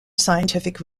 scientific